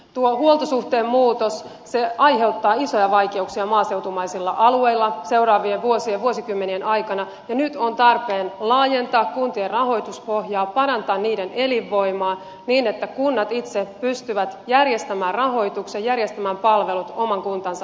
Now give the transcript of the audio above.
tuo huoltosuhteen muutos aiheuttaa isoja vaikeuksia maaseutumaisilla alueilla seuraavien vuosien vuosikymmenien aikana ja nyt on tarpeen laajentaa kuntien rahoituspohjaa parantaa niiden elinvoimaa niin että kunnat itse pystyvät järjestämään rahoituksen järjestämään palvelut oman kuntansa asukkaille